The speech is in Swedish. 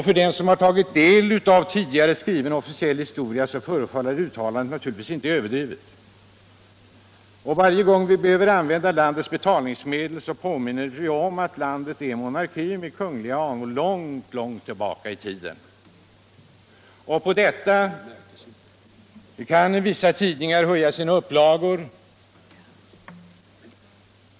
För den som något har tagit del av tidigare skriven officiell historia förefaller uttalandet naturligtvis inte överdrivet, och varje gång vi behöver använda landets betalningsmedel påminns vi om att landet är en monarki, med kungliga anor, långt, långt tillbaka i tiden. På detta kan vissa tidningar höja sina upplagor.